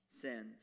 sins